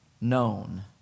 known